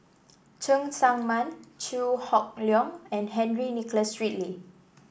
Cheng Tsang Man Chew Hock Leong and Henry Nicholas Ridley